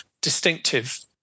distinctive